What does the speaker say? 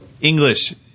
English